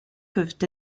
peuvent